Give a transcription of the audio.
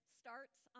starts